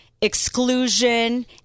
exclusion